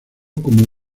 como